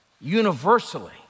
universally